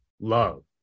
love